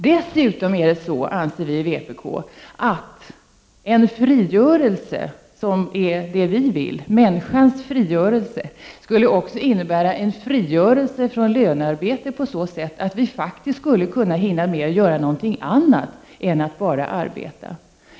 Vi i vpk anser dessutom att en människans frigörelse, som är vad vi vill åstadkomma, också skulle innebära en frigörelse från lönearbete på så sätt att vi faktiskt skulle hinna med att göra någonting annat än att bara arbeta.